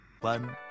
One